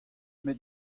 met